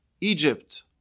Egypt